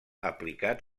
aplicat